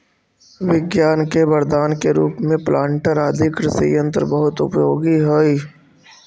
विज्ञान के वरदान के रूप में प्लांटर आदि कृषि यन्त्र बहुत उपयोगी हई